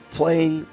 playing